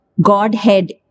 Godhead